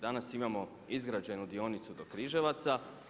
Danas imamo izgrađenu dionicu do Križevaca.